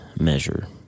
measure